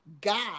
God